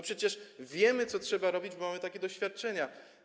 Przecież wiemy, co trzeba robić, bo mamy pewne doświadczenia.